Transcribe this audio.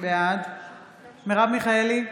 בעד מרב מיכאלי,